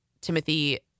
Timothy